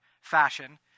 fashion